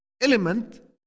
element